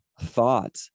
thought